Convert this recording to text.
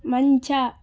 ಮಂಚ